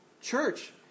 church